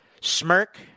Smirk